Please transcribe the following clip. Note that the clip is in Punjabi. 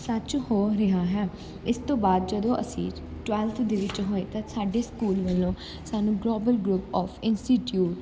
ਸੱਚ ਹੋ ਰਿਹਾ ਹੈ ਇਸ ਤੋਂ ਬਾਅਦ ਜਦੋਂ ਅਸੀਂ ਟਵੈਲਥ ਦੇ ਵਿੱਚ ਹੋਏ ਤਾਂ ਸਾਡੇ ਸਕੂਲ ਵੱਲੋਂ ਸਾਨੂੰ ਗਲੋਬਲ ਗਰੁੱਪ ਆਫ ਇੰਸਟੀਟਿਊਟ